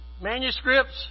manuscripts